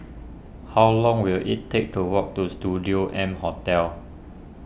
how long will it take to walk to Studio M Hotel